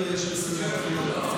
ואני לא מוסיף לו כלום.